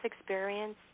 experience